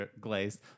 glazed